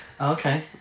okay